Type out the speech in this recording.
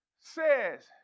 says